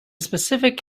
specific